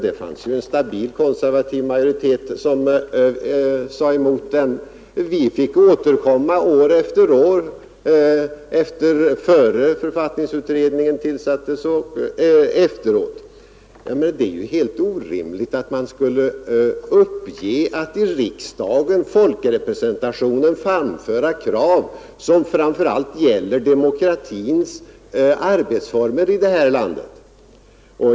Det fanns en stabil konservativ majoritet som var emot motionen. Vi fick återkomma innan författningsutredningen tillsattes och även efteråt. Det är ju helt orimligt att man i riksdagen — folkrepresentationen — skulle avstå från att framföra krav om framför allt demokratins arbetsformer i det här landet.